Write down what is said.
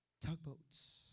tugboats